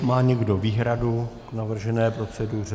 Má někdo výhradu k navržené proceduře?